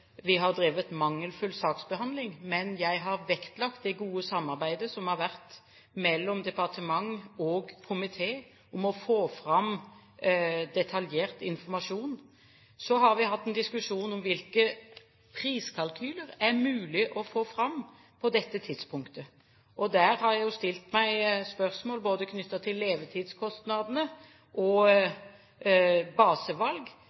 vi har drevet mangelfull saksbehandling, men jeg har vektlagt det gode samarbeidet som har vært mellom departement og komité om å få fram detaljert informasjon. Så har vi hatt en diskusjon om hvilke priskalkyler det er mulig å få fram på dette tidspunktet. Der har jeg stilt spørsmål både knyttet til levetidskostnadene og basevalg.